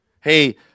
Hey